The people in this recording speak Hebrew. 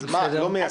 האם לא מיישמים?